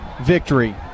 victory